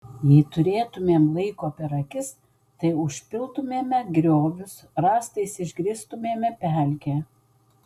jei turėtumėm laiko per akis tai užpiltumėme griovius rąstais išgrįstumėme pelkę